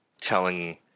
telling